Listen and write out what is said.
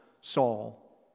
Saul